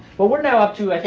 but we're now up to, i think,